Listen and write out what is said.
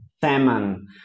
Salmon